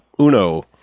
Uno